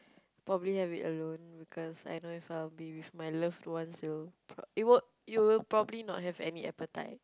probably have it alone because I know if I will be with my loved ones it'll p~ it would it would probably not have any appetite